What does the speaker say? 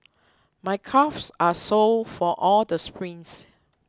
my calves are sore from all the sprints